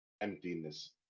emptiness